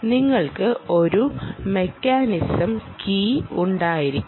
നിങ്ങൾക്ക് ഒരു mechanism key ഉണ്ടായിരിക്കണം